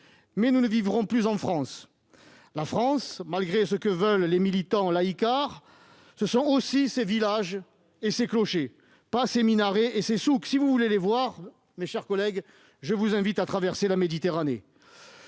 mais nous ne vivrons plus en France. La France, malgré ce que veulent les militants laïcards, c'est aussi ses villages et ses clochers, et non pas les minarets et les souks ! Si vous voulez les voir, mes chers collègues, je vous invite à traverser la Méditerranée